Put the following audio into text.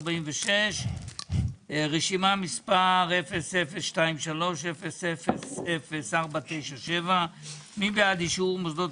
הישיבה ננעלה בשעה 10:47. הכנסת